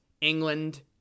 England